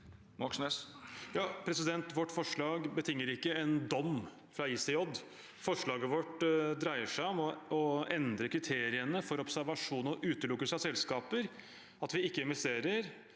Vårt forslag betin- ger ikke en dom fra ICJ. Forslaget vårt dreier seg om å endre kriteriene for observasjon og utelukkelse av selskaper, at vi ikke investerer